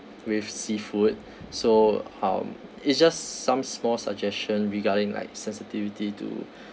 with seafood so um it's just some small suggestions regarding like sensitivity to